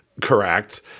correct